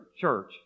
church